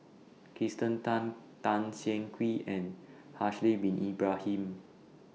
Kirsten Tan Tan Siah Kwee and Haslir Bin Ibrahim